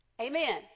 Amen